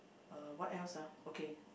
uh what else ah okay